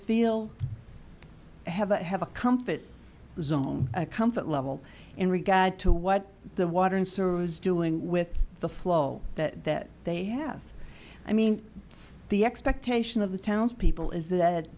feel have a have a comfort zone a comfort level in regard to what the water and services doing with the flow that that they have i mean the expectation of the town's people is that